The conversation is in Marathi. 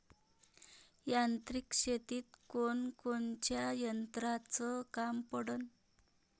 यांत्रिक शेतीत कोनकोनच्या यंत्राचं काम पडन?